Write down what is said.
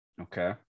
Okay